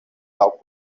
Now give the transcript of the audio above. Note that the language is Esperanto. laŭ